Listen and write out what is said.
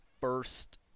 first